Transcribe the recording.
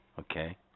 okay